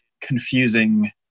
confusing